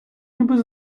ніби